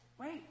Wait